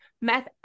Meth